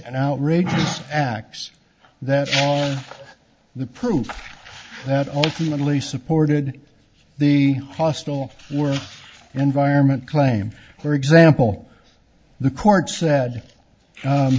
and outrageous acts that the proof that ultimately supported the hostile work environment claim for example the court said